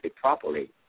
properly